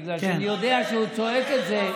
בגלל שאני יודע שהוא צועק את זה,